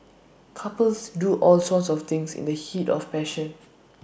couples do all sorts of things in the heat of passion